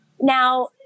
Now